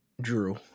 Drew